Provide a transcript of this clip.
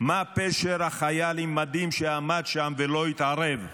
מה פשר החייל במדים שעמד שם ולא התערב.